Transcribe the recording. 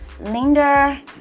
Linda